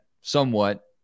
somewhat